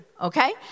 okay